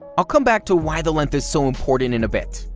i'll come back to why the length is so important in a bit.